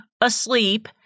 asleep